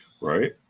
right